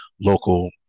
local